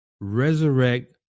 resurrect